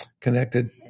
connected